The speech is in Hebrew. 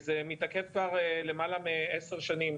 זה מתעכב כבר למעלה מעשר שנים,